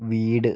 വീട്